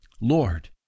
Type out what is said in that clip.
Lord